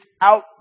out